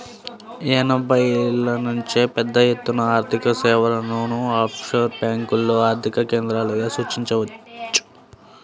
ఎనభైల నుంచే పెద్దఎత్తున ఆర్థికసేవలను ఆఫ్షోర్ బ్యేంకులు ఆర్థిక కేంద్రాలుగా సూచించవచ్చు